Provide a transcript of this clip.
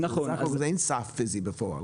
אבל אין סף פיזי בפועל.